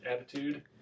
attitude